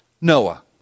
Noah